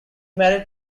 married